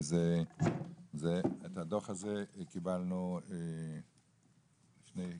את הדוח הזה קיבלנו לפני כחודש,